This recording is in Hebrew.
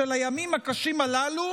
של הימים הקשים הללו